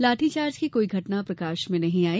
लाठी चार्ज की कोई घटना प्रकाश में नहीं आई